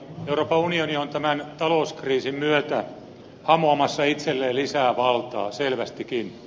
euroopan unioni on tämän talouskriisin myötä hamuamassa itselleen lisää valtaa selvästikin